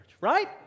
right